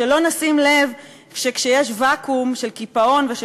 שלא נשים לב שכשיש ואקום של קיפאון ושל